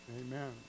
Amen